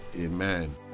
Amen